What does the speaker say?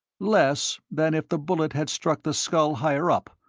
less than if the bullet had struck the skull higher up,